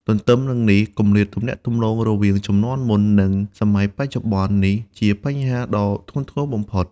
ទទ្ទឹមនឹងនេះ គម្លាតទំនាក់ទំនងរវាងជំនាន់មុន និងសម័យបច្ចុប្បន្ននេះជាបញ្ហាដ៏ធ្ងន់ធ្ងរបំផុត។